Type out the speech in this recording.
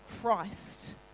Christ